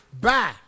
Bye